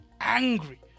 angry